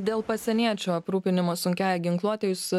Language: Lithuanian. dėl pasieniečių aprūpinimo sunkiąja ginkluote jūs